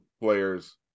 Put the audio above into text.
players